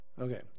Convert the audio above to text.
Okay